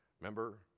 Remember